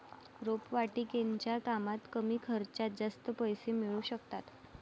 रोपवाटिकेच्या कामात कमी खर्चात जास्त पैसे मिळू शकतात